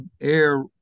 air